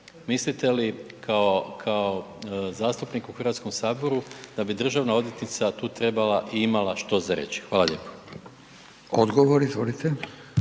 Mislite li kao zastupnik u Hrvatskom saboru da bi državna odvjetnica tu trebala i imala što za reći? Hvala lijepo. **Radin, Furio